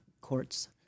courts